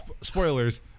spoilers